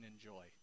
enjoy